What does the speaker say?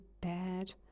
bad